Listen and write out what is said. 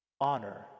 honor